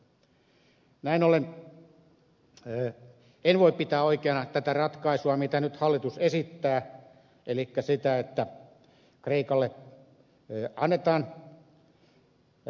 näin ollen en voi pitää oikeana tätä ratkaisua mitä nyt hallitus esittää elikkä sitä että kreikalle annetaan nämä lainat